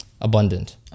abundant